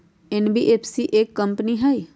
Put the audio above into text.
NBFC एक company हई?